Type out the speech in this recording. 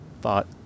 thought